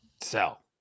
Sell